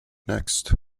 next